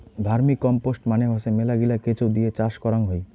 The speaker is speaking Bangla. ভার্মিকম্পোস্ট মানে হসে মেলাগিলা কেঁচো দিয়ে চাষ করাং হই